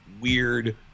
weird